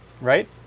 right